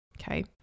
okay